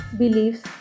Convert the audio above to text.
beliefs